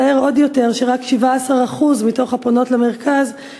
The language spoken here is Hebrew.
מצער עוד יותר שרק 17% מן הפונות החליטו